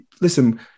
listen